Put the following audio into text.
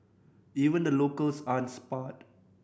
even the locals aren't spared